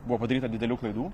buvo padaryta didelių klaidų